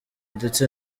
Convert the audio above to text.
ndetse